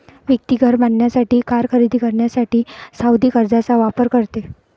व्यक्ती घर बांधण्यासाठी, कार खरेदी करण्यासाठी सावधि कर्जचा वापर करते